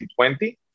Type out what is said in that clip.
2020